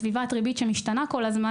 בסביבת ריבית שמשתנה כל הזמן,